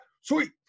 sweet